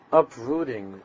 uprooting